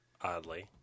oddly